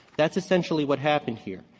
that's essentially what happened here.